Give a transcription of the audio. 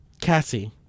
Cassie